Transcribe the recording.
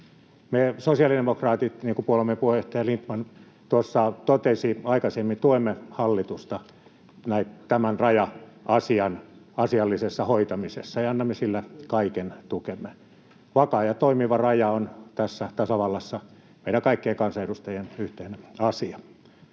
Me sosiaalidemokraatit, niin kuin puolueemme puheenjohtaja Lindtman tuossa totesi aikaisemmin, tuemme hallitusta tämän raja-asian asiallisessa hoitamisessa ja annamme sille kaiken tukemme. Vakaa ja toimiva raja on tässä tasavallassa meidän kaikkien kansanedustajien yhteinen asia.